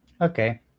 Okay